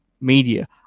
media